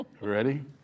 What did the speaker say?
Ready